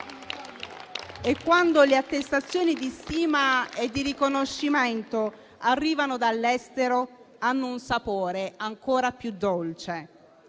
E quando le attestazioni di stima e di riconoscimento arrivano dall'estero, hanno un sapore ancora più dolce.